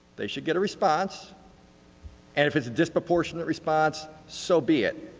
they should get a response and if it's a disproportionate response, so be it.